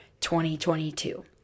2022